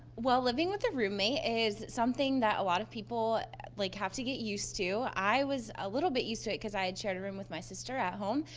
well, living with a roommate is something that a lot of people like have to get used to. i was a little bit used to it because i had shared a room with my sister at home.